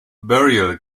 burial